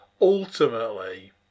ultimately